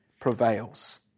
prevails